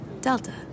Delta